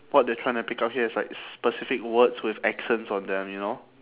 what they're trying to pick up here is like specific words with accents on them you know